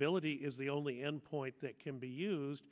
ability is the only endpoint that can be used